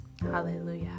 Hallelujah